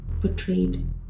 portrayed